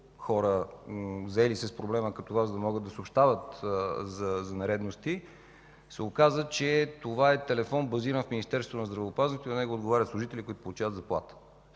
хора, заели се с проблема като Вас, да могат да съобщават за нередности, се оказа, че това е телефон, базиран в Министерството на здравеопазването и на него отговарят служители, които получават заплата.